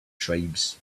tribes